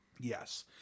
Yes